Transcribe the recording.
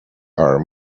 are